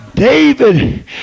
David